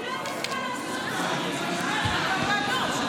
אני רוצה להגיד לך משהו לגבי הקו האדום.